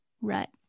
rut